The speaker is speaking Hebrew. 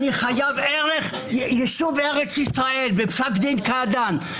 ערך ישוב ארץ ישראל בפסק דין קעדאן.